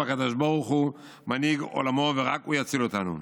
והקדוש ברוך הוא מנהיג עולמו ורק הוא יציל אותנו.